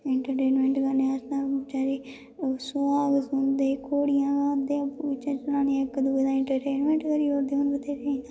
entertainment करने आस्तै चाहे ओह् सोहाग सुनदे घोड़ियां गांदे आपूं बिच्चें जनानाियां इक दूए दा इंट्रटेनमैंट करी ओड़दियां हून बत्थेरे इयां